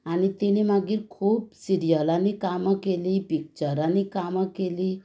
आनी तिणी मागीर खूब सिरियलांनी कामां केलीं पिक्चरांनी कामां केली